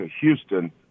Houston –